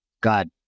God